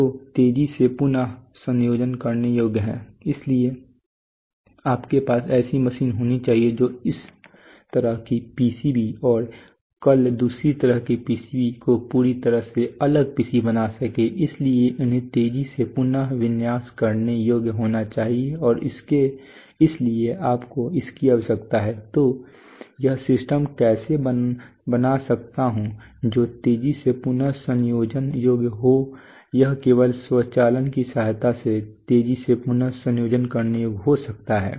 जो तेजी से पुन संयोजन करने योग्य हैं इसलिए आपके पास ऐसी मशीनें होनी चाहिए जो आज इस तरह की पीसीबी और कल दूसरी तरह की पीसीबी को पूरी तरह से अलग पीसीबी बना सकें इसलिए उन्हें तेजी से पुन विन्यास करने योग्य होना चाहिए और इसलिए आपको इसकी आवश्यकता है तो यह सिस्टम कैसे बना सकता हूं जो तेजी से पुन संयोजन योग्य हो यह केवल स्वचालन की सहायता से तेजी से पुन संयोजन करने योग्य हो सकता है